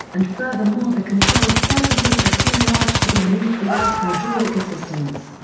and furthermore the control surfaces are too large to be moved without hydraulic assistance.